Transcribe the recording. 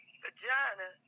vagina